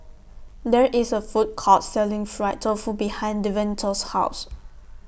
There IS A Food Court Selling Fried Tofu behind Devontae's House